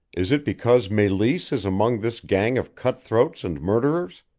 is it because meleese is among this gang of cut-throats and murderers?